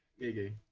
a